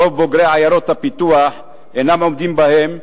רוב בוגרי עיירות הפיתוח אינם עומדים בהן,